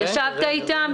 ישבת איתם?